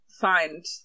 find